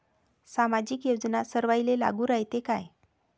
सामाजिक योजना सर्वाईले लागू रायते काय?